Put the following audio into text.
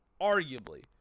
Arguably